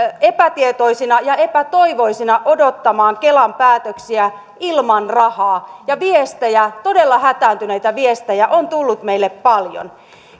epätietoisina ja epätoivoisina odottamaan kelan päätöksiä ilman rahaa ja viestejä todella hätääntyneitä viestejä on tullut meille paljon